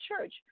church